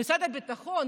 למשרד הביטחון,